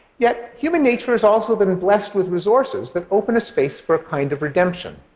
yet human nature has also been blessed with resources that open a space for a kind of redemption.